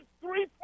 three